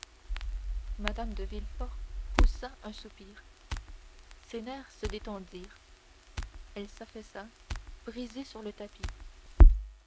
mme de villefort poussa un soupir ses nerfs se détendirent elle s'affaissa brisée sur le tapis